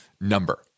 number